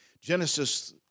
Genesis